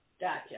Gotcha